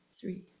three